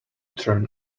turn